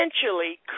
essentially